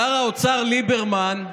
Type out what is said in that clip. שר האוצר ליברמן,